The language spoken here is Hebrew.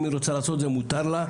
אם המדינה רוצה לעשות את זה מותר לה,